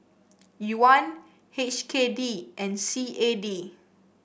Yuan H K D and C A D